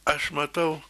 aš matau